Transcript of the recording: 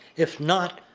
if not,